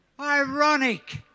ironic